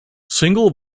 single